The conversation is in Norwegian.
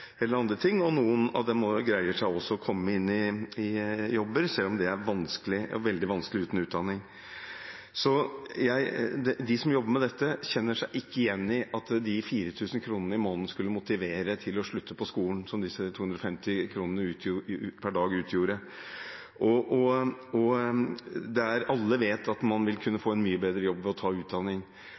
eller andre ting. Noen av dem greier også å komme seg inn i jobber, selv om det er veldig vanskelig uten utdanning. De som jobber med dette, kjenner seg ikke igjen i at 4 000 kr i måneden – som utgjorde 250 kr per dag – skulle motivere til å slutte på skolen. Alle vet at man vil kunne få en mye bedre jobb ved å ta utdanning,